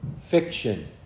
fiction